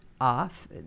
off